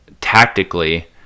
tactically